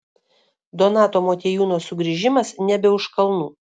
donato motiejūno sugrįžimas nebe už kalnų